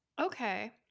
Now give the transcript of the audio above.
okay